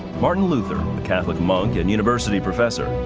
martin luther, the catholic monk and university professor,